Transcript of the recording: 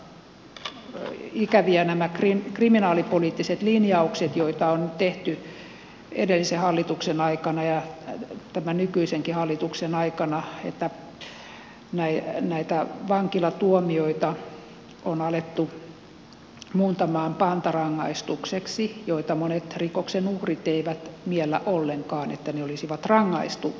ovat aika ikäviä nämä kriminaalipoliittiset linjaukset joita on tehty edellisen hallituksen aikana ja tämän nykyisenkin hallituksen aikana että näitä vankilatuomioita on alettu muuntamaan pantarangaistukseksi joista monet rikoksen uhrit eivät miellä ollenkaan että ne olisivat rangaistuksia